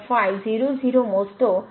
आता जेव्हा आपण मोजतो